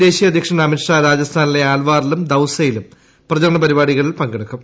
ദേശീയ അധ്യക്ഷൻ അമിത്ഷാ രാജസ്ഥാനിലെ ആൽവാറിലും ദൌസയിലും പ്രപ്പാരണ പരിപാടികളിൽ പങ്കെടുക്കും